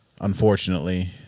unfortunately